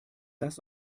das